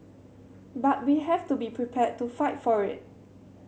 but we have to be prepared to fight for it